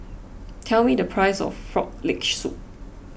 tell me the price of Frog Leg Soup